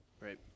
Right